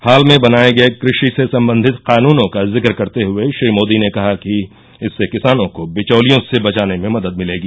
हाल में बनाए गए कृषि से संबंधित कानूनों का जिक्र करते हए श्री मोदी ने कहा कि इससे किसानों को बिचौलियों से बचाने में मदद मिलेगी